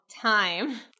time